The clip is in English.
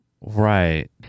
Right